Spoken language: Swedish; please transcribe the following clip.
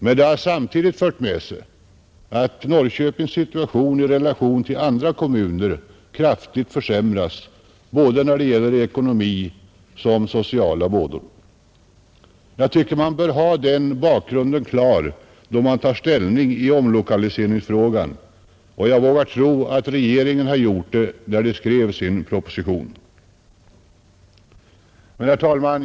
Men det har samtidigt fört med sig att Norrköpings situation i relation till andra kommuner kraftigt försämrats, såväl ekonomiskt som i fråga om sociala vådor. Man bör ha den bakgrunden klar, då man tar ställning i omlokaliseringsfrågan, och jag tror att regeringen har haft det då den skrev sin proposition. Herr talman!